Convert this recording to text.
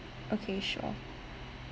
okay sure